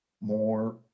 More